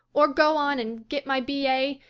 or go on and get my b a.